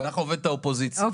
ככה עובדת האופוזיציה.